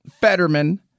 Fetterman